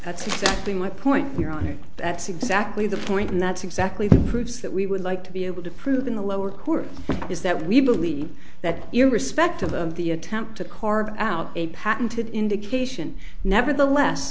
that's exactly my point your honor that's exactly the point and that's exactly proves that we would like to be able to prove in the lower court is that we believe that irrespective of the attempt to carve out a patented indication nevertheless